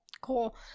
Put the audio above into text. Cool